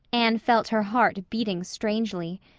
anne felt her heart beating strangely.